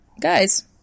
Guys